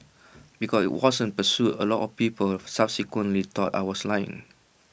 because IT wasn't pursued A lot of people subsequently thought I was lying